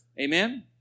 Amen